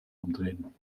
umdrehen